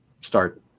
start